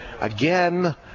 again